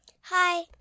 Hi